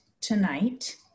tonight